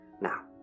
Now